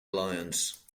alliance